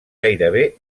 gairebé